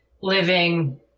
living